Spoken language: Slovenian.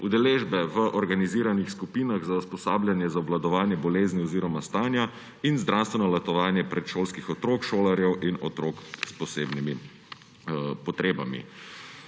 udeležbe v organiziranih skupinah za usposabljanje za obvladovanje bolezni oziroma stanja in zdravstveno letovanje predšolskih otrok, šolarjev in otrok s posebnimi potrebami.